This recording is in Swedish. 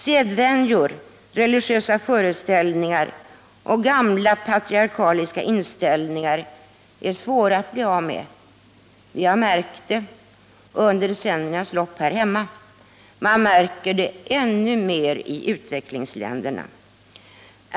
Sedvänjor, religiösa föreställningar och gamla patriarkaliska inställningar är svåra att göra sig fri från. Vi har märkt det under decenniernas lopp här hemma, man märker det ännu mer i utvecklingsländerna.